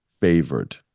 favored